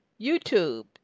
YouTube